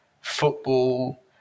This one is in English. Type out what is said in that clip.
football